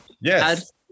Yes